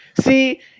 See